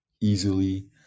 easily